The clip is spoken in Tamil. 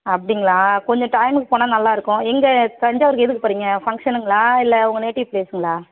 அப்படிங்களா கொஞ்சம் டைமுக்கு போனால் நல்லாருக்கும் எங்கே தஞ்சாவூருக்கு எதுக்கு போகறீங்க ஃபங்க்ஷனுங்களா இல்லை உங்கள் நேட்டிவ் ப்ளேஸ்ஸுங்களா